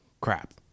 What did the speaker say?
crap